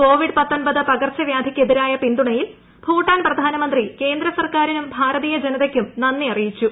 Covid പകർച്ചവ്യാധിക്കെതിരായ പിന്തുണയിൽ ഭൂട്ടാൻ പ്രധാനമന്ത്രി കേന്ദ്രസർക്കാറിനും ഭാരതീയ ജനതയ്ക്കും നന്ദി അറിയിച്ചു